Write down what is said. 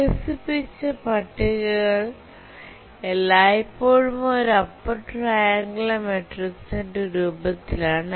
വികസിപ്പിച്ച പട്ടികകൾ എല്ലായ്പ്പോഴും ഒരു അപ്പർ ട്രയങ്കുളർ മാട്രിക്സ് ന്റെ രൂപത്തിലാണ്